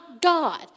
God